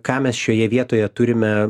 ką mes šioje vietoje turime